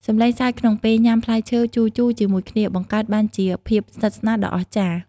សំឡេងសើចក្នុងពេលញ៉ាំផ្លែឈើជូរៗជាមួយគ្នា បង្កើតបានជាភាពស្និទ្ធស្នាលដ៏អស្ចារ្យ។